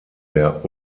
der